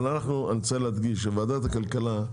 אבל אני רוצה להדגיש, ועדת הכלכלה,